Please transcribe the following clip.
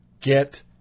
Get